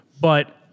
But-